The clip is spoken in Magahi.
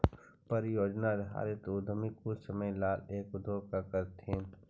परियोजना आधारित उद्यमी कुछ समय ला एक उद्योग को करथीन